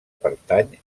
pertanyi